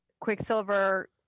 Quicksilver